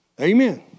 Amen